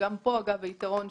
גם פה, אגב, יש להן יתרון,